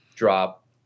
drop